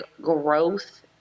growth